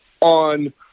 on